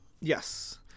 Yes